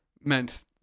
meant